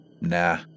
Nah